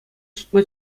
сутма